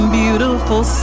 beautiful